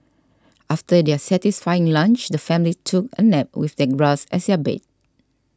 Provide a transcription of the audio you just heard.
after their satisfying lunch the family took a nap with same grass as their bed